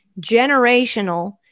generational